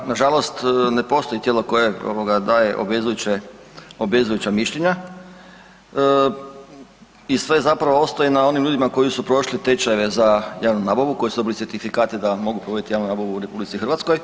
Da, nažalost ne postoji tijelo koje daje obvezujuće, obvezujuća mišljenja i sve zapravo ostaje na onim ljudima koji su prošli tečajeve za javnu nabavu, koji su dobili certifikate da mogu provoditi javnu nabavu u RH.